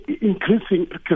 increasing